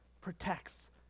protects